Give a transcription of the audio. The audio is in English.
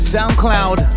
SoundCloud